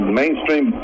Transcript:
mainstream